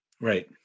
Right